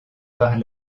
par